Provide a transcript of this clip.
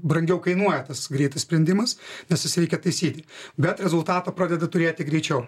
brangiau kainuoja tas greitas sprendimas nes jis reikia taisyti bet rezultatą pradeda turėti greičiau